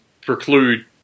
preclude